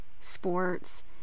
sports